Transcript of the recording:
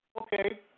Okay